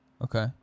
Okay